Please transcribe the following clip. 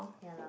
ya lah